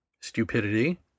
stupidity